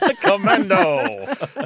Commando